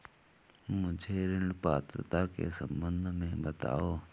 मुझे ऋण पात्रता के सम्बन्ध में बताओ?